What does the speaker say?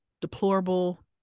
deplorable